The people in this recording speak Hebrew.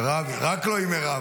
רק לא עם מירב.